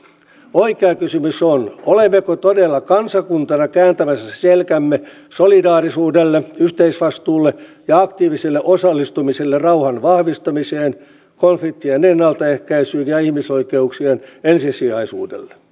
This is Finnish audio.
oikea kysymys on olemmeko todella kansakuntana kääntämässä selkämme solidaarisuudelle yhteisvastuulle ja aktiiviselle osallistumiselle rauhan vahvistamiseen konfliktien ennaltaehkäisyyn ja ihmisoikeuksien ensisijaisuudelle